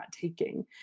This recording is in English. taking